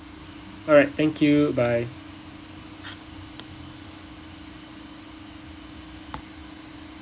alright thank you bye